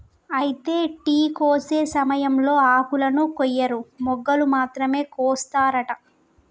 అయితే టీ కోసే సమయంలో ఆకులను కొయ్యరు మొగ్గలు మాత్రమే కోస్తారట